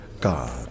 God